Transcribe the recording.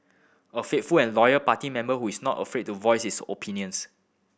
a faithful and loyal party member who is not afraid to voice his opinions